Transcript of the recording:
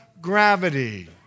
gravity